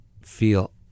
feel